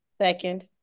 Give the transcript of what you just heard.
Second